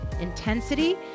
Intensity